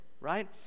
right